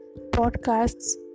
podcasts